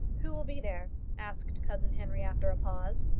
who will be there? asked cousin henry after a pause.